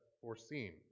foreseen